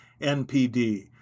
NPD